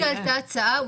לא הציעו לי גם נגב.